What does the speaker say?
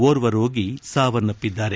ಓರ್ವ ರೋಗಿ ಸಾವನಪ್ಪಿದ್ದಾರೆ